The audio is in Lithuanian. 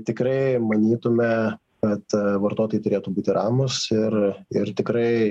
tikrai manytume kad vartotojai turėtų būti ramūs ir ir tikrai